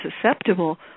susceptible